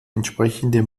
entsprechende